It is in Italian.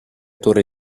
torre